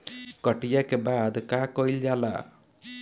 कटिया के बाद का कइल जाला?